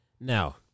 Now